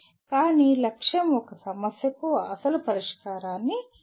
కానీ లక్ష్యం ఒక సమస్యకు అసలు పరిష్కారాన్ని సృష్టించడం